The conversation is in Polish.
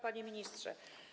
Panie Ministrze!